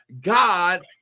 God